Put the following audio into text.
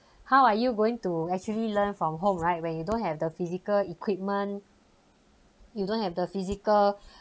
how are you going to actually learn from home right when you don't have the physical equipment you don't have the physical